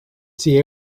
see